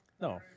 No